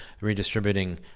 redistributing